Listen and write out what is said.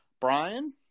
Brian